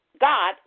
God